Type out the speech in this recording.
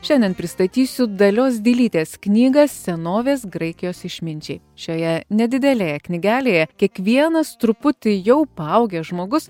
šiandien pristatysiu dalios dilytės knygą senovės graikijos išminčiai šioje nedidelėje knygelėje kiekvienas truputį jau paaugęs žmogus